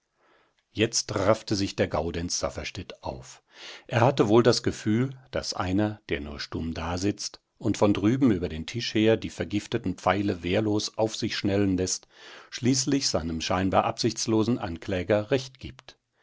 jetzt raffte sich der gaudenz safferstätt auf er hatte wohl das gefühl daß einer der nur stumm dasitzt und von drüben über den tisch her die vergifteten pfeile wehrlos auf sich schnellen läßt schließlich seinem scheinbar absichtslosen ankläger recht gibt